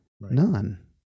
None